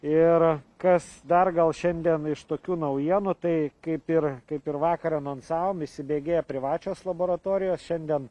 ir kas dar gal šiandien iš tokių naujienų tai kaip ir kaip ir vakar anonsavom įsibėgėja privačios laboratorijos šiandien